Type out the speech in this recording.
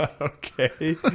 Okay